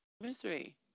Mystery